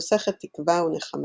נוסכת תקווה ונחמה.